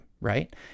right